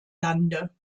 lande